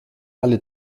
alle